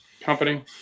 company